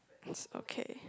okay